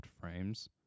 frames